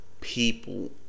People